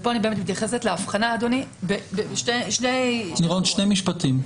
לירון, שני משפטים.